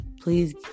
please